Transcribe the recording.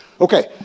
Okay